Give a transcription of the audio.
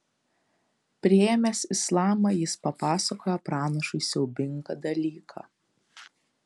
priėmęs islamą jis papasakojo pranašui siaubingą dalyką